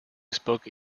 spoke